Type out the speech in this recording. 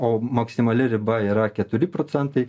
o maksimali riba yra keturi procentai